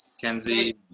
kenzie